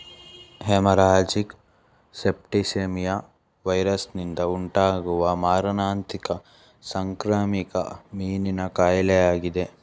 haemorrhagic septicaemia ವೈರಸ್ನಿಂದ ಉಂಟಾಗುವ ಮಾರಣಾಂತಿಕ ಸಾಂಕ್ರಾಮಿಕ ಮೀನಿನ ಕಾಯಿಲೆಯಾಗಿದೆ